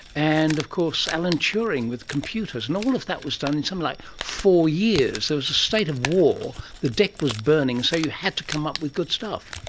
and of course alan turing with computers, and all of that was done in something like four years, there was a state of war, the deck was burning, so you had to come up with good stuff.